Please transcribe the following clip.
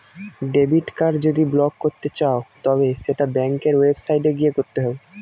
debit card যদি block করতে চাও তবে সেটা ব্যাঙ্কের ওয়েবসাইটে গিয়ে করতে হবে